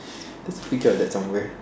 there's a picture of that somewhere